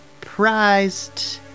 prized